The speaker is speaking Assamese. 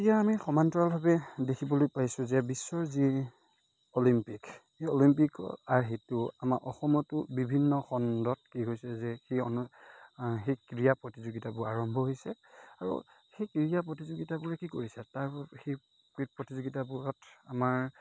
এতিয়া আমি সমান্তৰালভাৱে দেখিবলৈ পাইছোঁ যে বিশ্বৰ যি অলিম্পিক সেই অলিম্পিক আৰ্হিটো আমাৰ অসমতো বিভিন্ন খণ্ডত কি হৈছে যে সেই অনু সেই ক্ৰীড়া প্ৰতিযোগিতাবোৰ আৰম্ভ হৈছে আৰু সেই ক্ৰীড়া প্ৰতিযোগিতাবোৰে কি কৰিছে তাৰ সেই প্ৰতিযোগিতাবোৰত আমাৰ